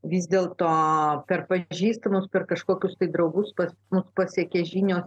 vis dėl to per pažįstamus per kažkokius draugus pas mus pasiekė žinios